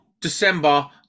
December